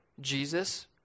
Jesus